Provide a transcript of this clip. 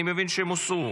אני מבין שהוסרו,